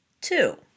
Two